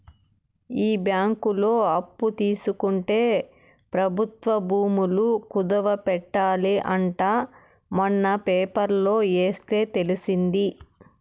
ఈ బ్యాంకులో అప్పు తీసుకుంటే ప్రభుత్వ భూములు కుదవ పెట్టాలి అంట మొన్న పేపర్లో ఎస్తే తెలిసింది